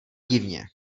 divně